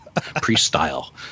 pre-style